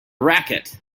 racket